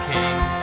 King